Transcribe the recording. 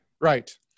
right